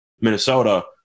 Minnesota